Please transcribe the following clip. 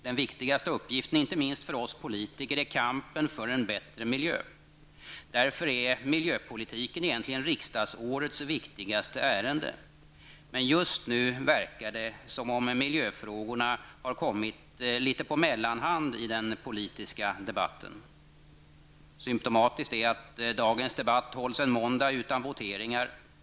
Den viktigaste uppgiften, inte minst för oss politiker, är kampen för en bättre miljö. Därför är miljöpolitiken egentligen riksdagsårets viktigaste ärende. Men just nu verkar det som om miljöfrågorna har kommit litet på mellanhand i den politiska debatten. Symptomatiskt är att dagens debatt hålls en måndag utan voteringar.